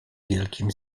wielkim